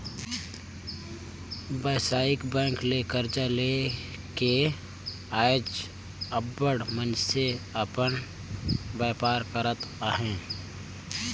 बेवसायिक बेंक ले करजा लेके आएज अब्बड़ मइनसे अपन बयपार करत अहें